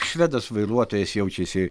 švedas vairuotojas jaučiasi